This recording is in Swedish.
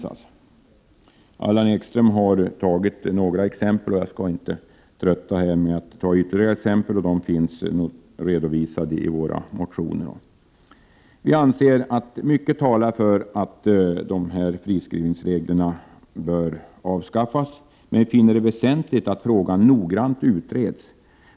Allan Ekström har gett några exempel, och jag skall inte ta upp ytterligare exempel. De finns redovisade i vår motion. Vi anser att mycket talar för att dessa friskrivningsregler bör avskaffas, men finner det väsentligt att frågan noggrant utreds.